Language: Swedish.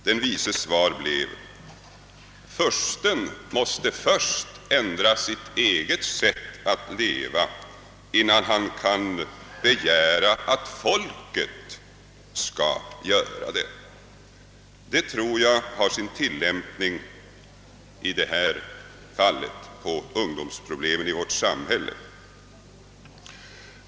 Den vises svar blev: »Fursten måste först ändra sitt eget sätt att leva innan han kan begära att folket skall göra det.» Detta tror jag har sin tillämpning även på ungdomsproblemen i vårt samhälle.